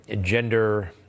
Gender